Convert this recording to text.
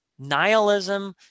nihilism